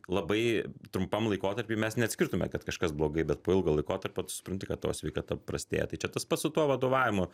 labai trumpam laikotarpy mes neatskirtume kad kažkas blogai bet po ilgo laikotarpio tu supranti kad tavo sveikata prastėja tai čia tas pats su tuo vadovavimu